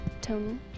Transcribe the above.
Tony